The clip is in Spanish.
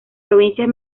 provincias